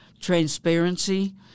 transparency